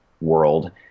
world